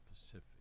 Pacific